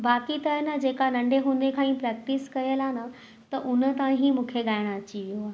बाक़ी त हेन जेका नंढे हूंदे खां ई प्रेक्टिस कयलु आहे न त उन तां ई मूंखे ॻाइणु अची वियो आहे